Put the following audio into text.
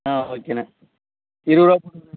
ஆ ஓகேண்ணா இருபது ரூபாய்